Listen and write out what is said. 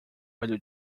velho